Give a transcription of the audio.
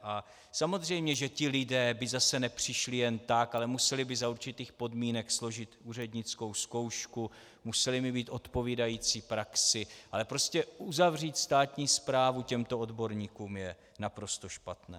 A samozřejmě že ti lidé by zase nepřišli jen tak, ale museli by za určitých podmínek složit úřednickou zkoušku, museli by mít odpovídající praxi, ale prostě uzavřít státní správu těmto odborníkům je naprosto špatné.